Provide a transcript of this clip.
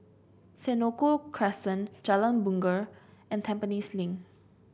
Senoko Crescent Jalan Bungar and Tampines Link